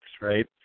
right